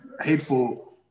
hateful